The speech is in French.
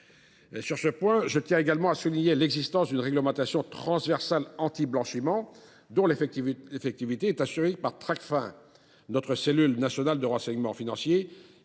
Sur ce point, je tiens également à souligner l’existence d’une réglementation transversale antiblanchiment dont l’effectivité est assurée par Tracfin, notre cellule nationale de renseignement financier,